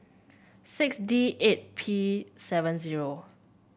six D eight P seven zero